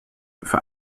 für